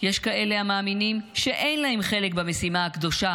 יש כאלה המאמינים שאין להם חלק במשימה הקדושה